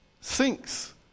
sinks